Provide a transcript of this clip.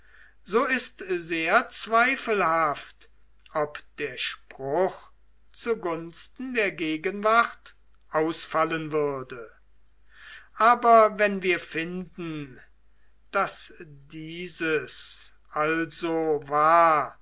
so ist es sehr zweifelhaft ob der spruch zu gunsten der gegenwart ausfallen würde aber wenn wir finden daß dieses also war